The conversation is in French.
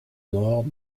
nord